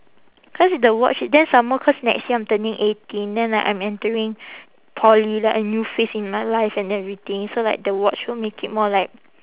cause the watch then some more cause next year I'm turning eighteen then like I'm entering poly like a new phase in my life and everything so like the watch will make it more like